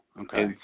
Okay